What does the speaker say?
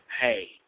hey